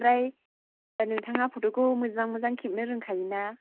आमफ्राय नोंथाङा फट'खौ मोजां मोजां खेबनो रोंखायो ना